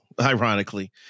ironically